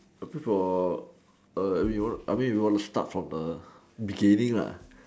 up here for err I mean I mean you want to start from a beginning lah